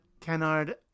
Kennard